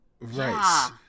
right